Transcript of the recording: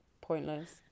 pointless